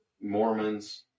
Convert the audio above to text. Mormons